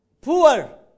poor